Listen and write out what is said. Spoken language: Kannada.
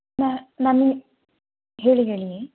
ನ ನಮಿ ಹೇಳಿ ಹೇಳಿ